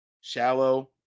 shallow